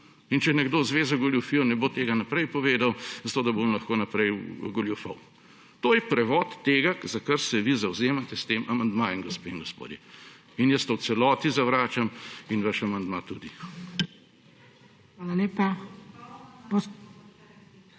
In če nekdo izve za goljufijo, ne bo tega naprej povedal, zato da bo lahko oni naprej goljufal. To je prevod tega, za kar se vi zavzemate s tem amandmajem, gospe in gospodje. In jaz to v celoti zavračam in vaš amandma tudi.